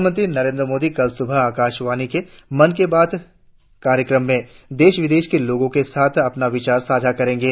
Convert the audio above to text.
प्रधानमंत्री नरेंद्र मोदी कल सुबह आकाशवाणी के मन की बात कार्यक्रम में देश विदेश के लोगों के साथ अपने विचार साझा करेंगे